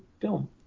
film